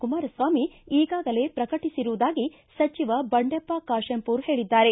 ಕುಮಾರಸ್ವಾಮಿ ಈಗಾಗಲೇ ಪ್ರಕಟಿಸಿರುವುದಾಗಿ ಸಚಿವ ಬಂಡೆಪ್ಪ ಕಾಶೆಂಪೂರ್ ಹೇಳಿದ್ದಾರೆ